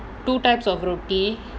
two types of roti